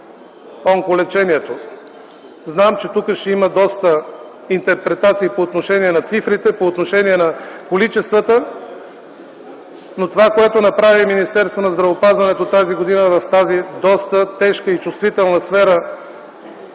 Знам, че тук ще има доста интерпретации по отношение на цифрите, по отношение на количествата, но това, което направи Министерството на здравеопазването тази година в тази доста тежка и чувствителна сфера